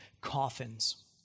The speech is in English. coffins